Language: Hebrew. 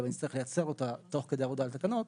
ונצטרך לייצר אותה תוך כדי עבודה על התקנות,